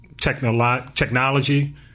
technology